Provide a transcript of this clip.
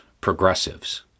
progressives